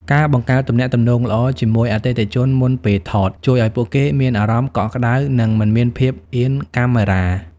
ការបង្កើតទំនាក់ទំនងល្អជាមួយអតិថិជនមុនពេលថត ជួយឱ្យពួកគេមានអារម្មណ៍កក់ក្ដៅ និងមិនមានភាពអៀនកាមេរ៉ា។